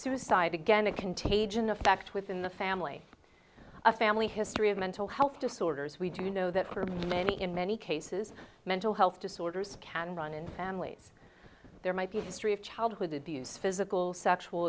suicide again a contagion effect within the family a family history of mental health disorders we do know that for many in many cases mental health disorders can run in families there might be history of childhood abuse physical sexual